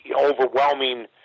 overwhelming